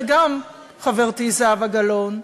וגם מחברתי זהבה גלאון,